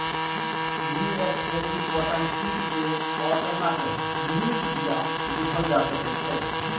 US agri cotton seed केँ काँटनक नीक बीया बुझल जा सकै छै